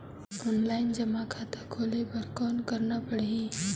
Offline जमा खाता खोले बर कौन करना पड़ही?